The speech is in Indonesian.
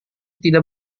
tidak